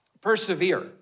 persevere